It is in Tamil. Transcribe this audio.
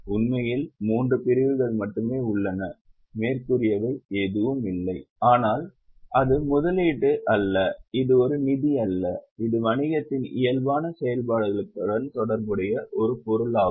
உண்மையில் மூன்று பிரிவுகள் மட்டுமே உள்ளன மேற்கூறியவை எதுவும் இல்லை ஆனால் அது முதலீடு அல்ல இது நிதி அல்ல இது வணிகத்தின் இயல்பான செயல்பாடுகளுடன் தொடர்புடைய ஒரு பொருளாகும்